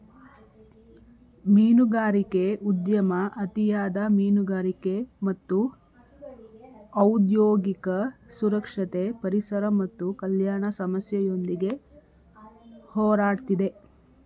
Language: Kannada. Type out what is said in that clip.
ಮೀನುಗಾರಿಕೆ ಉದ್ಯಮ ಅತಿಯಾದ ಮೀನುಗಾರಿಕೆ ಮತ್ತು ಔದ್ಯೋಗಿಕ ಸುರಕ್ಷತೆ ಪರಿಸರ ಮತ್ತು ಕಲ್ಯಾಣ ಸಮಸ್ಯೆಯೊಂದಿಗೆ ಹೋರಾಡ್ತಿದೆ